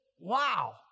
wow